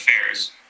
affairs